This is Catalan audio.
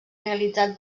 realitzat